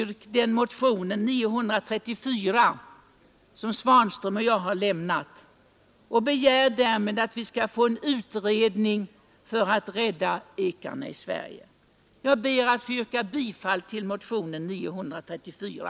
Bifall motionen 934, som herr Svanström och jag har väckt, och begär därmed en utredning för att rädda ekarna i Sverige! Jag ber att få yrka bifall till motionen 934.